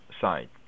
side